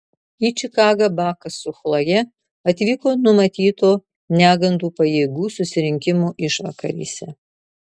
į čikagą bakas su chloje atvyko numatyto negandų pajėgų susirinkimo išvakarėse